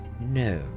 No